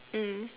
mm